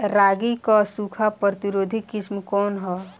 रागी क सूखा प्रतिरोधी किस्म कौन ह?